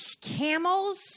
camels